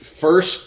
first